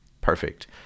perfect